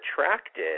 attracted